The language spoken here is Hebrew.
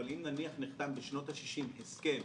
אבל אם נניח נחתם בשנות ה-60 הסכם